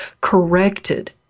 corrected